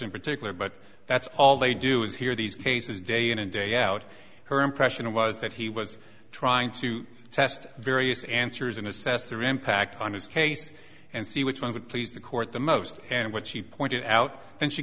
in particular but that's all they do is hear these cases day in and day out her impression was that he was trying to test various answers and assess their impact on his case and see which ones would please the court the most and what she pointed out and she